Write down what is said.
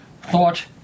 thought